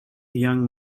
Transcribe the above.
young